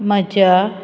म्हज्या